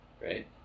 Right